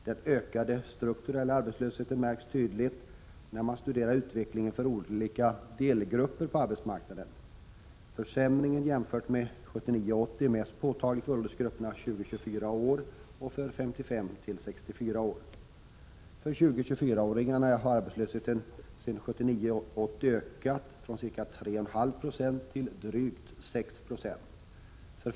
Den ökade strukturella arbetslösheten märks tydligt när man studerar utvecklingen för olika delgrupper på arbetsmarknaden. Försämringen jämfört med 1979 80 ökat från ca 3 1/2 9; till drygt 6 96.